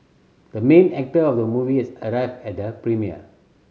the main actor of the movie has arrived at the premiere